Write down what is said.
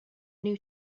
new